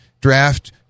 Draft